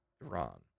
Iran